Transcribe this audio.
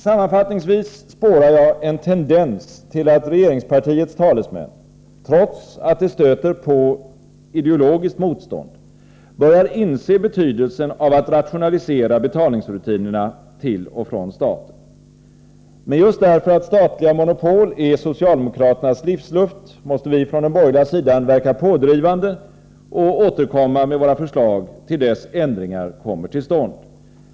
Sammanfattningsvis spårar jag en tendens till att regeringspartiets talesmän, trots att det stöter på ideologiskt motstånd, börjar inse betydelsen av att rationalisera rutinerna för betalning till och från staten. Men just därför att statliga monopol är socialdemokraternas livsluft måste vi från den borgerliga sidan verka pådrivande och återkomma med våra förslag till dess ändringar kommer till stånd.